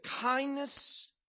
kindness